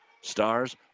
Stars